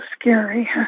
scary